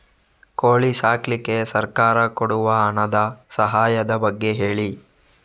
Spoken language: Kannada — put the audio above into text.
ಕೋಳಿ ಸಾಕ್ಲಿಕ್ಕೆ ಸರ್ಕಾರ ಕೊಡುವ ಹಣದ ಸಹಾಯದ ಬಗ್ಗೆ ಹೇಳಿ